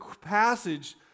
passage